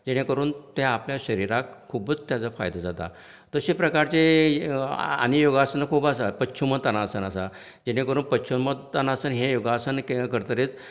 जेणे करून तें आपल्या शरिराक खुबच तेचो फायदो जाता तशें प्रकारची आनी योगासनां खूब आसात पछ्युमतानासनां आसात जेणे करून पछ्युमतानासन हे योगासन करतकीर